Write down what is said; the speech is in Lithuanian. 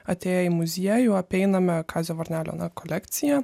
atėję į muziejų apeiname kazio varnelio na kolekciją